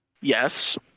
Yes